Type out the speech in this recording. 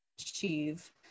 achieve